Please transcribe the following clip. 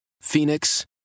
Phoenix